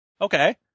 Okay